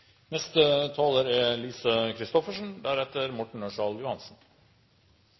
neste taler, Lise Christoffersen – deretter Morten Ørsal Johansen.